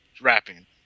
rapping